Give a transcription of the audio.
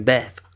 Beth